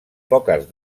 poques